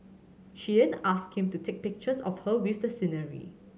she then asked him to take pictures of her with the scenery